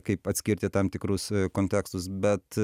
kaip atskirti tam tikrus kontekstus bet